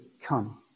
come